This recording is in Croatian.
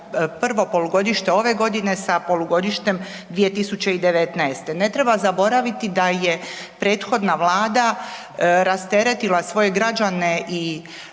prvo polugodište ove godine sa polugodištem 2019. Ne treba zaboraviti da je prethodna Vlada rasteretila svoje građane i